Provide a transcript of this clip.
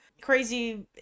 crazy